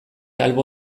albo